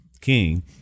king